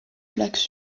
plaques